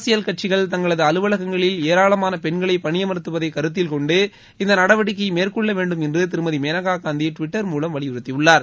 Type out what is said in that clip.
அரசியல் கட்சிகள் தங்களது அலுவலகங்களில் ஏராளமான பெண்களை பணியமாத்துவதை கருத்தில்கொண்டு இந்த நடவடிக்கையை மேற்கொள்ள வேண்டும் என்று திருமதி மேனகா காந்தி டுவிட்டர் மூலம் வலியுறுத்தி உள்ளார்